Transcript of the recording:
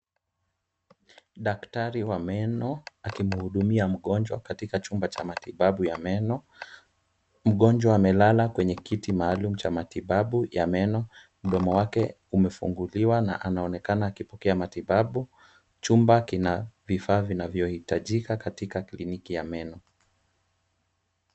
Daktari wa meno akimhudumia mgonjwa katika chumba cha matibabu ya meno. Mgonjwa amelala kwenye kiti maalum cha matibabu ya meno, mdomo wake umefunguliwa na anaonekana akipokea matibabu. Chumba kina vifaa vinavyohitajika katika kliniki ya meno.